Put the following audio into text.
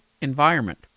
environment